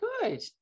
good